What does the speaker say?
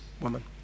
woman